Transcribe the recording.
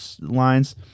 lines